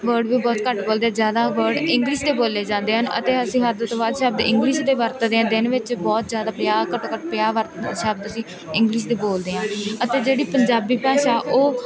word ਵੀ ਬਹੁਤ ਘੱਟ ਬੋਲਦੇ ਹਾਂ ਜ਼ਿਆਦਾ ਵਰਡ ਇੰਗਲਿਸ਼ ਦੇ ਬੋਲੇ ਜਾਂਦੇ ਹਨ ਅਤੇ ਅਸੀਂ ਹੱਦ ਤੋਂ ਵੱਧ ਸ਼ਬਦ ਇੰਗਲਿਸ਼ ਦੇ ਵਰਤਦੇ ਹਾਂ ਦਿਨ ਵਿੱਚ ਬਹੁਤ ਜ਼ਿਆਦਾ ਪੰਜਾਹ ਘੱਟੋ ਘੱਟ ਪੰਜਾਹ ਸ਼ਬਦ ਅਸੀਂ ਇੰਗਲਿਸ਼ ਦੇ ਬੋਲਦੇ ਹਾਂ ਅਤੇ ਜਿਹੜੀ ਪੰਜਾਬੀ ਭਾਸ਼ਾ ਉਹ